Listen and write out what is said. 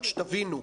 רק שתבינו,